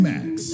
Max